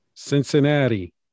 Cincinnati